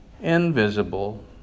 invisible